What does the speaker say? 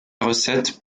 recette